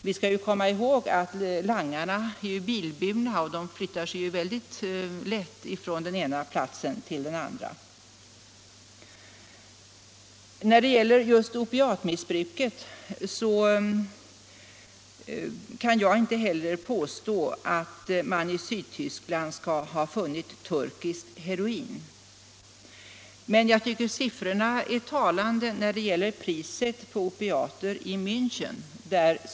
Vi skall komma ihåg att langarna är bilburna och kan förflytta sig mycket snabbt från den ena platsen till den andra. Vad opiatmissbruket angår kan jag inte heller påstå att man i Sydtyskland har funnit turkiskt heroin. Men jag tycker att priset på opiater i Mänchen är talande.